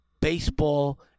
baseball